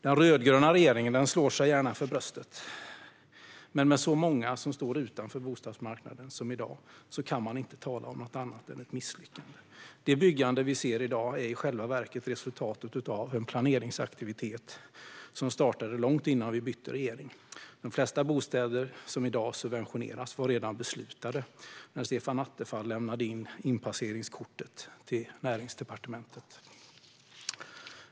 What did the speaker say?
Den rödgröna regeringen slår sig gärna för bröstet, men med så många som står utanför bostadsmarknaden som i dag kan man inte tala om annat än ett misslyckande. Det byggande vi ser i dag är i själva verket resultatet av en planeringsaktivitet som startade långt innan vi bytte regering. De flesta bostäder som i dag subventioneras var redan beslutade när Stefan Attefall lämnade in inpasseringskortet till Näringsdepartementet.